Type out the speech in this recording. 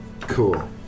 Cool